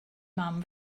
mam